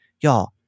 y'all